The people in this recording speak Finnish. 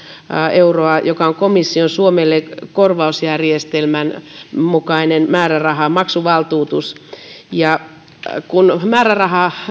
euroa joka on suomelle komission korvausjärjestelmän mukainen määräraha maksuvaltuutus kun määräraha